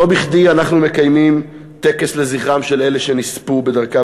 לא בכדי אנחנו מקיימים טקס לזכרם של אלה שנספו בדרכם